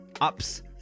Up's